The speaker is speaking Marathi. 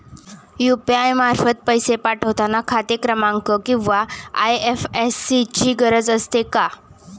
यु.पी.आय मार्फत पैसे पाठवता खाते क्रमांक किंवा आय.एफ.एस.सी ची गरज असते का?